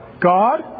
God